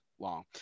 long